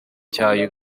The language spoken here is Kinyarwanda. cya